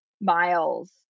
miles